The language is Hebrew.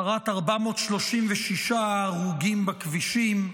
שרת 436 ההרוגים בכבישים,